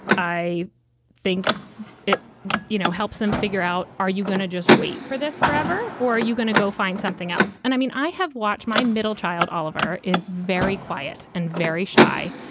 i think it you know helps them figure out. are you going to just wait for this forever? or are you gonna go find something else? and i mean, i have watched my middle child oliver is very quiet and very shy,